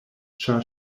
ĉar